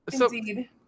Indeed